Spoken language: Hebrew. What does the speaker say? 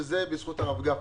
בזכות הרב גפני,